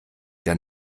der